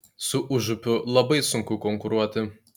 su užupiu labai sunku konkuruoti